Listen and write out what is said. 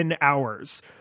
hours